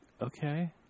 Okay